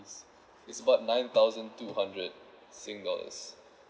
it's about nine thousand two hundred sing dollars